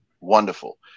wonderful